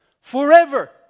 forever